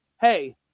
hey